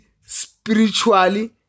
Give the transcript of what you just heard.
spiritually